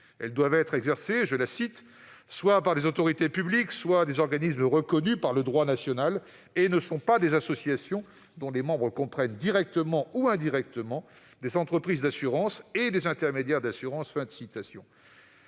qui doivent être exercées par « des autorités publiques » ou « des organismes reconnus par le droit national », et non par « des associations dont les membres comprennent directement ou indirectement des entreprises d'assurance et des intermédiaires d'assurance